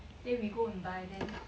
then we go and buy then